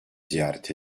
ziyaret